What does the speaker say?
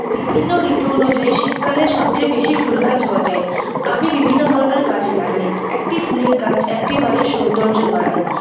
বিভিন্ন ঋতু অনুযায়ী শীতকালে সবচেয়ে বেশি ফুল গাছ গজায় আমি বিভিন্ন ধরনের গাছ লাগাই একটি ফুলের গাছ একটি বাড়ির সৌন্দর্য্য বাড়ায়